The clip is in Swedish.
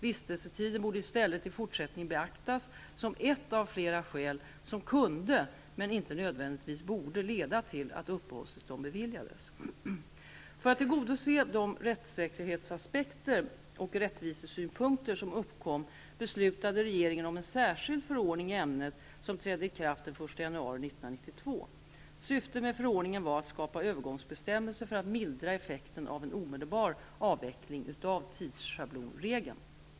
Vistelsetiden borde i stället i fortsättningen beaktas som ett av flera skäl som kunde, men inte nödvändigtvis borde, leda till att uppehållstillstånd beviljades. För att tillgodose de rättssäkerhetsaspekter och rättvisesynpunkter som uppkom beslutade regeringen om en särskild förordning i ämnet som trädde i kraft den 1 januari 1992. Syftet med förordningen var att skapa övergångsbestämmelser för att mildra effekten av en omedelbar avveckling av tidsschablonregeln.